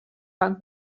van